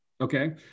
Okay